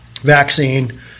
vaccine